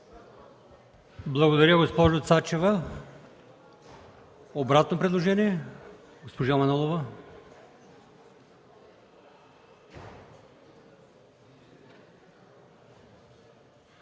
Благодаря, госпожо Цачева. Обратно предложение – госпожа Манолова.